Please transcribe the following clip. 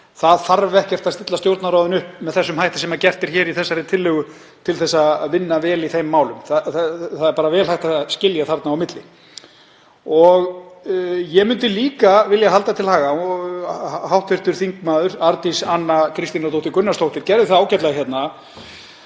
Það þarf ekkert að stilla Stjórnarráðinu upp með þeim hætti sem gert er í þessari tillögu til að vinna vel í þeim málum. Það er vel hægt að skilja þarna á milli. Ég myndi líka vilja halda til haga, og hv. þm. Arndís Anna Kristínardóttir Gunnarsdóttir gerði það ágætlega hérna